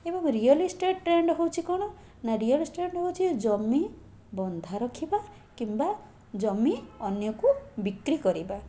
ଏବଂ real estate trend ହେଉଛି କ'ଣ ନାଁ ରିଅଲଇଷ୍ଟେଟ ହେଉଛି ଜମି ବନ୍ଧା ରଖିବା କିମ୍ବା ଜମି ଅନ୍ୟକୁ ବିକ୍ରି କରିବା